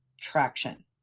traction